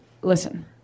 Listen